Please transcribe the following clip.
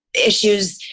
issues,